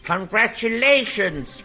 Congratulations